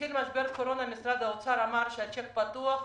כשהתחיל משבר הקורונה משרד האוצר אמר שהצ'ק פתוח,